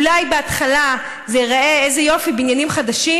אולי בהתחלה זה ייראה: איזה יופי, בניינים חדשים,